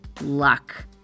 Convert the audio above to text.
luck